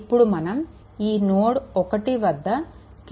ఇప్పుడు మనం ఈ నోడ్1 వద్ద KCL సూత్రాన్ని వర్తింపజేయాలి